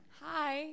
Hi